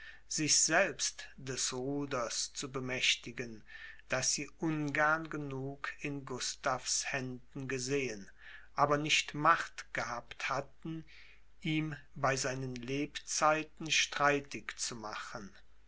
sich selbst des ruders zu bemächtigen das sie ungern genug in gustavs händen gesehen aber nicht macht gehabt hatten ihm bei seinen lebzeiten streitig zu machen